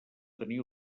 tenir